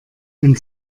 wenn